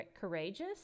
courageous